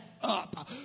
up